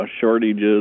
shortages